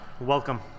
Welcome